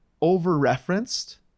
over-referenced